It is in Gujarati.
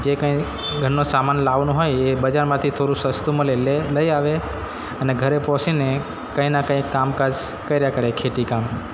જે કાંઇ ઘરનો સામાન લાવવાનો હોય એ બજારમાંથી થોડું સસ્તું મળે એટલે લઈ આવે અને ઘરે પહોંચીને કંઇના કંઈ કામ કાજ કર્યાં કરે ખેતી કામ